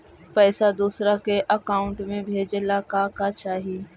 पैसा दूसरा के अकाउंट में भेजे ला का का चाही?